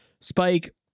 Spike